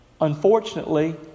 Unfortunately